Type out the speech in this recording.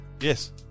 Yes